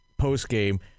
post-game